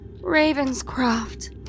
Ravenscroft